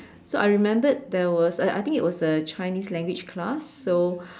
so I remembered there was I I think it was a Chinese language class so